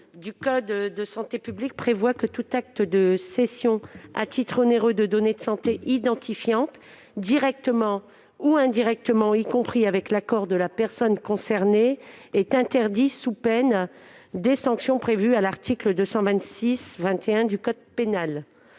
du code de la santé publique prévoit que tout acte de cession à titre onéreux de données de santé identifiantes, directement ou indirectement, y compris avec l'accord de la personne concernée, est interdit sous peine des sanctions prévues à l'article 226-21 du code pénal.